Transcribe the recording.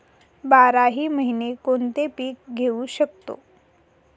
बाराही महिने कोणते पीक घेवू शकतो?